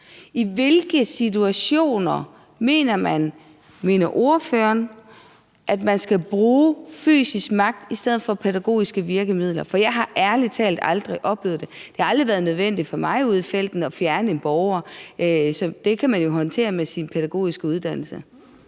I hvilke situationer mener ordføreren at man skal bruge fysisk magt i stedet for pædagogiske virkemidler? Jeg har ærlig talt aldrig oplevet det. Det har aldrig været nødvendigt for mig ude i felten at fjerne en borger. Det kan man jo håndtere med sin pædagogiske uddannelse.